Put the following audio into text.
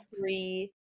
three